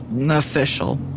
official